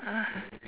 ah